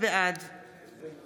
בעד